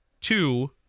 two